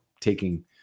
taking